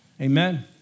Amen